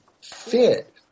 fit